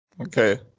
Okay